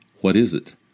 what-is-it